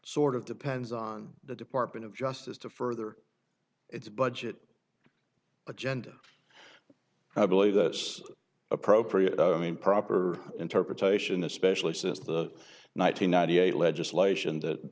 sort of depends on the department of justice to further its budget agenda i believe this appropriate i mean proper interpretation especially since the nine hundred ninety eight legislation that